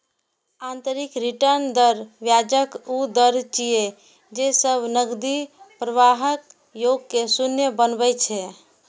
आंतरिक रिटर्न दर ब्याजक ऊ दर छियै, जे सब नकदी प्रवाहक योग कें शून्य बनबै छै